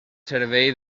servei